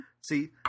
See